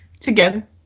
together